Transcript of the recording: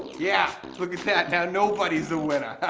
yeah! look at that! now nobody's the winner!